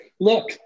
look